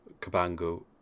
Cabango